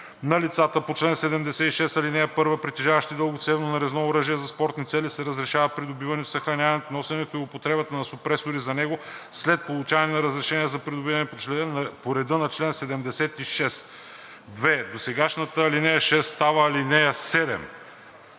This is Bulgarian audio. На лицата по чл. 76, ал. 1, притежаващи дългоцевно нарезно оръжие за спортни цели, се разрешава придобиването, съхранението, носенето и употребата на супресори за него, след получаване на разрешение за придобиване по реда на чл. 76.“ 2. Досегашната ал. 6 става ал. 7.“